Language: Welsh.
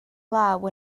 law